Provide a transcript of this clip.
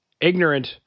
ignorant